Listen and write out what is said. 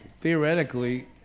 theoretically